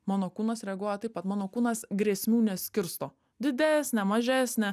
mano kūnas reaguoja taip pat mano kūnas grėsmių neskirsto didesnė mažesnė